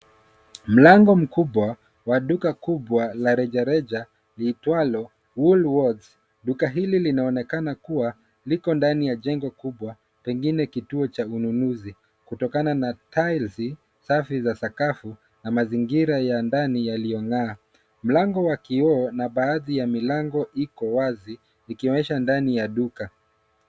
Mlango mkubwa wa duka kubwa la rejareja liitwalo, Woolworths. Duka hili linaonekana kua liko ndani ya jengo kubwa, pengine kituo cha ununuzi, kutokana na tile safi za sakafu, na mazingira ya ndani yaliyong'aa. Mlango wa kioo na baadhi ya milangi, iko wazi, ikionyesha ndani ya duka.